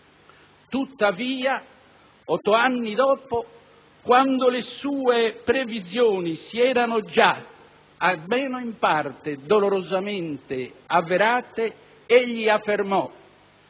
Tuttavia, otto anni dopo, quando le sue previsioni si erano già almeno in parte dolorosamente avverate, egli affermò: